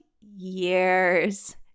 years